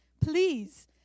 please